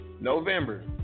November